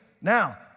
Now